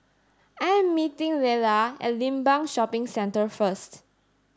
I am meeting Lela at Limbang Shopping Centre first